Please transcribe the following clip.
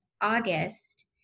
August